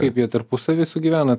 kaip jie tarpusavy sugyvena